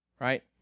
Right